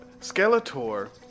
Skeletor